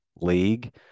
league